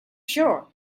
sure